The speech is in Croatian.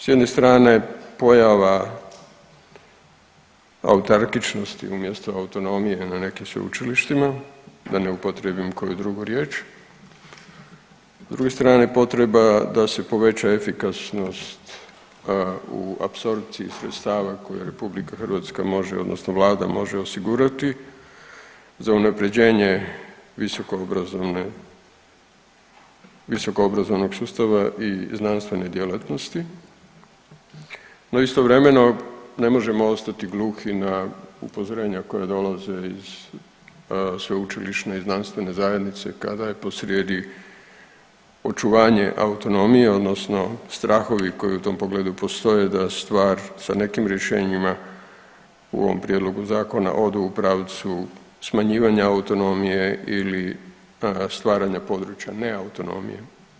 S jedne strane pojava autarkičnosti umjesto autonomije na nekim sveučilištima, da ne upotrijebim koju drugu riječ, s druge strane potreba da se poveća efikasnost u apsorpciji sredstava koje RH može odnosno vlada može osigurati za unaprjeđenje visoko obrazovne, visoko obrazovnog sustava i znanstvene djelatnosti, no istovremeno ne možemo ostati gluhi na upozorenja koja dolaze iz sveučilišne i znanstvene zajednice kada je posrijedi očuvanje autonomije odnosno strahovi koji u tom pogledu postoje da stvar sa nekim rješenjima u ovom prijedlogu zakona odu u pravcu smanjivanja autonomije ili stvaranja područja ne autonomije.